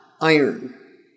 iron